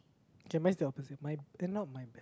okay mine is the opposite my eh not my be~